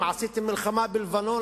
עשיתם מלחמה בלבנון,